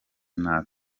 nabi